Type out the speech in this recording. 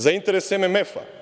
Za interes MMF?